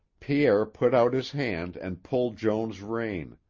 pierre put out his hand and pulled joan's rein,